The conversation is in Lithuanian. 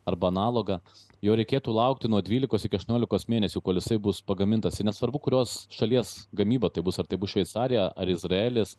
arba analogą jo reikėtų laukti nuo dvylikos iki aštuoniolikos mėnesių kol jisai bus pagamintasir nesvarbu kurios šalies gamyba tai bus ar tai bus šveicarija ar izraelis